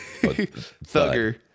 Thugger